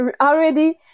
already